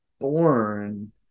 Born